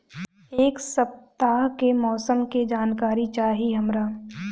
एक सपताह के मौसम के जनाकरी चाही हमरा